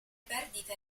perdite